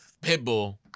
Pitbull